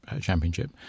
Championship